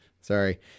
sorry